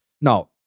No